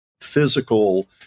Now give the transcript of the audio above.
physical